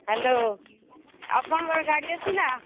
hello ଆପଣଙ୍କର ଗାଡ଼ି ଅଛି ନା